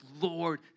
Lord